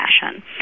fashion